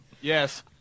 Yes